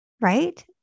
right